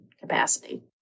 capacity